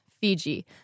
Fiji